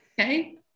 okay